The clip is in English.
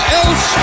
else